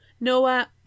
Noah